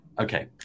Okay